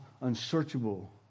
unsearchable